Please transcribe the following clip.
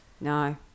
No